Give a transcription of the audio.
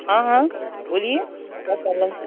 हाँ हाँ बोलिए बात कर रही हूँ